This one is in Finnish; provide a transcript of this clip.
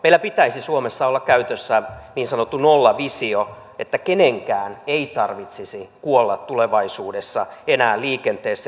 meillä pitäisi suomessa olla käytössä niin sanottu nollavisio että kenenkään ei tarvitsisi kuolla tulevaisuudessa enää liikenteessä